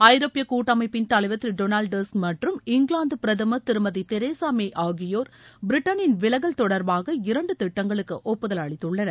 ஐரோப்பிய கூட்டமைப்பின்தலைவர் திரு டொனால்டு டஸ்க் மற்றும் இங்கிலாந்து பிரதமர் திருமதி தெரசா மே ஆகியோர் பிரிட்டனின் விலகல் தொடர்பாக இரண்டு திட்டங்களுக்கு ஒப்புதல் அளித்துள்ளனர்